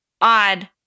Odd